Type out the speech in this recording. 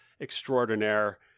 extraordinaire